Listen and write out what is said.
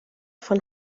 von